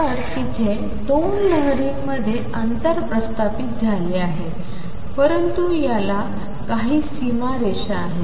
तर तेथे दोन लहरींमध्ये अंतर प्रथापित झाले आहे परंतु त्याला काही सीमारेषा आहेत